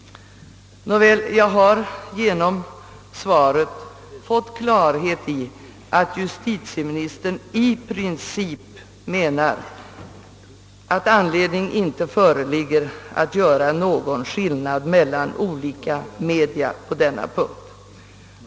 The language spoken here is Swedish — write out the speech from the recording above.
Nåväl, jag har genom svaret fått klarhet i att justitieministern i princip menar att anledning inte föreligger att göra någon skillnad mellan olika media på denna punkt.